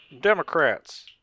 Democrats